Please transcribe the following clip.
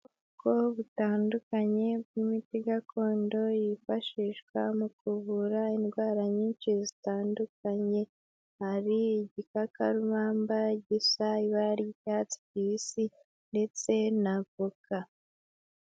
Ubwoko butandukanye bw'imiti gakondo yifashishwa mu kuvura indwara nyinshi zitandukanye, hari igikakarubamba gisa ibara ry'icyatsi kibisi ndetse na voka.